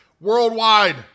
worldwide